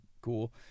cool